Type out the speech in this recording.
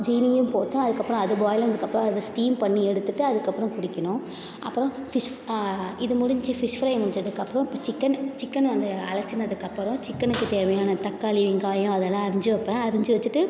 ஜீனியும் போட்டு அதுக்கப்புறம் அது பாயில் ஆனதுக்கப்புறம் அதை ஸ்டீம் பண்ணி எடுத்துட்டு அதுக்கப்புறம் குடிக்கணும் அப்புறம் ஃபிஷ் இது முடிஞ்சு ஃபிஷ் ஃப்ரையை முடிஞ்சதுக்கப்புறம் சிக்கன் சிக்கனை வந்து அலசுனதுக்கப்புறம் சிக்கனுக்கு தேவையான தக்காளி வெங்காயம் அதெல்லாம் அரிஞ்சு வப்பேன் அரிஞ்சு வச்சிட்டு